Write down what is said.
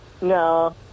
No